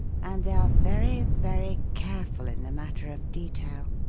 and they are very, very careful in the matter of detail.